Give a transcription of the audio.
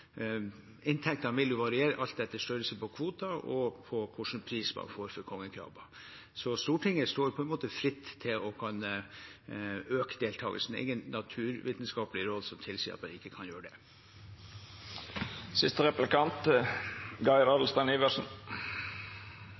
inntektene vil variere alt etter størrelse på kvoten og hvilken pris man får for kongekrabben. Stortinget står på en måte fritt til å kunne øke deltakelsen. Det er ingen naturvitenskapelige råd som tilsier at man ikke kan gjøre